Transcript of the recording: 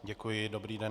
Děkuji, dobrý den.